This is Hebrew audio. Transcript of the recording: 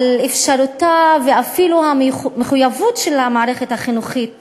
האפשרות ואפילו המחויבות של המערכת החינוכית